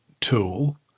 tool